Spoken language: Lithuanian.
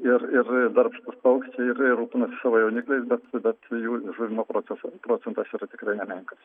ir ir darbštūs paukščiai ir rūpinasi savo jaunikliais bet tada jų žuvimo procesas procentas yra tikrai nemenkas